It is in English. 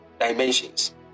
dimensions